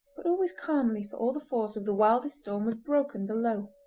but always calmly for all the force of the wildest storm was broken below.